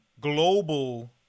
global